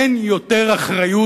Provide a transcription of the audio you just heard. אין יותר אחריות.